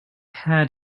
had